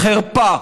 חרפה.